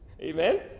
Amen